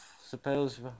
suppose